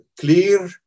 clear